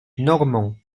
normand